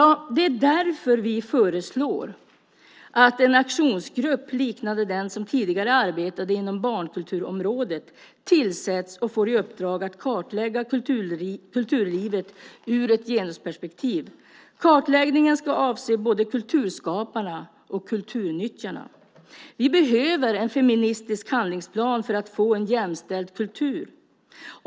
Vi föreslår att en aktionsgrupp liknande den som tidigare arbetade inom barnkulturområdet tillsätts och får i uppdrag att kartlägga kulturlivet ur ett genusperspektiv. Kartläggningen ska avse både kulturskaparna och kulturnyttjarna. Vi behöver en feministisk handlingsplan för att få en jämställd kultur.